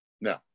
no